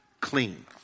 clean